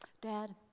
dad